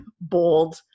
bold